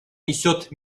несет